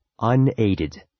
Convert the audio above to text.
Unaided